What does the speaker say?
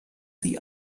sie